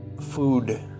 Food